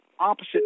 opposite